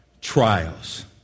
trials